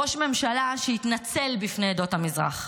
ראש ממשלה שהתנצל בפני עדות המזרח.